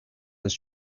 this